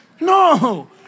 No